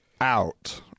out